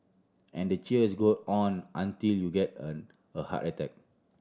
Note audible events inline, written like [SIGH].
and the cheers goes on until you get [UNINTELLIGIBLE] a heart attack